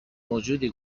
موجودی